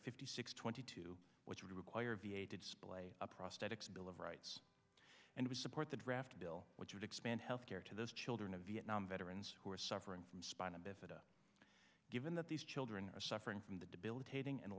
fifty six twenty two which would require v a to display a prosthetics bill of rights and we support the draft bill which would expand health care to those children of vietnam veterans who are suffering from spinal bifida given that these children are suffering from the debilitating and